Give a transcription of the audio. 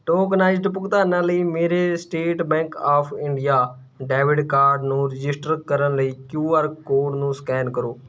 tokenized ਭੁਗਤਾਨਾਂ ਲਈ ਮੇਰੇ state bank of India debit card ਨੂੰ ਰਜਿਸਟਰ ਕਰਨ ਲਈ ਕਯੂੂ ਆਰ ਕੋਡ ਨੂੰ ਸਕੈਨ ਕਰੋ